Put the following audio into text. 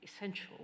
essential